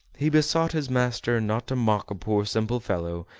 he besought his master not to mock a poor simple fellow,